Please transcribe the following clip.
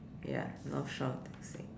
ya North Shore taxi